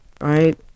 Right